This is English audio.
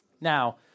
now